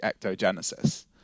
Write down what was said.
ectogenesis